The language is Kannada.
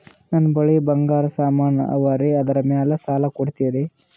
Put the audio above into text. ನನ್ನ ಬಳಿ ಬಂಗಾರ ಸಾಮಾನ ಅವರಿ ಅದರ ಮ್ಯಾಲ ಸಾಲ ಕೊಡ್ತೀರಿ?